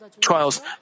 trials